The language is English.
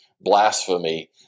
blasphemy